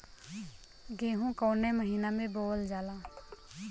गेहूँ कवने महीना में बोवल जाला?